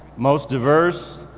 most diverse,